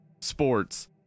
sports